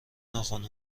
ناخن